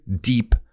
deep